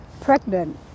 pregnant